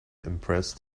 impressed